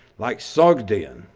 like sogdiane,